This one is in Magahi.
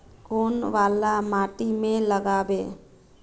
कौन वाला माटी में लागबे?